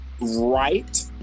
right